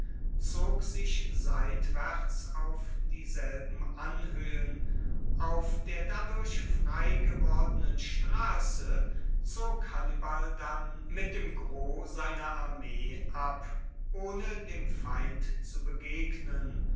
zog sich seitwaerts auf dieselben anhoehen auf der dadurch freigewordenen strasse zog hannibal dann mit dem gros seiner armee ab ohne dem feind zu begegnen